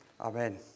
Amen